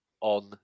on